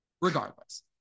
Regardless